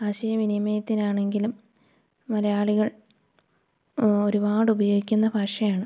ആശയ വിനിമയത്തിനാണെങ്കിലും മലയാളികൾ ഒരുപാടുപയോഗിക്കുന്ന ഭാഷയാണ്